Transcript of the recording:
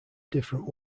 different